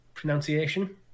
Pronunciation